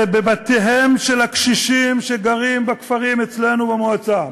בבתיהם של הקשישים שגרים בכפרים אצלנו במועצה,